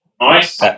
nice